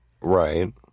Right